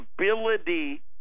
ability